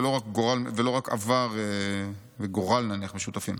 ולא רק עבר וגורל משותפים,